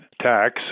tax